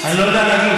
אני לא יודע להגיש.